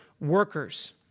workers